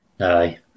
Aye